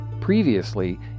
Previously